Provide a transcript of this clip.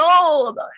old